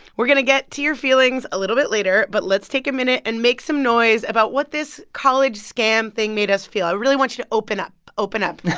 we're going to get to your feelings a little bit later, but let's take a minute and make some noise about what this college scam thing made us feel. i really want you to open up. open up